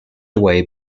away